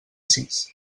sis